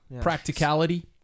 Practicality